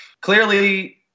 clearly